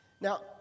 Now